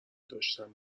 داشتم